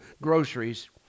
groceries